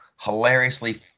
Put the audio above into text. hilariously